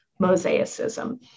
mosaicism